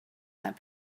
that